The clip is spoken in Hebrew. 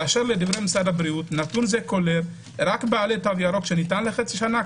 לדברי משרד הבריאות נתון זה כולל רק בעלי תו ירוק שניתן לחצי שנה,